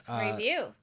Review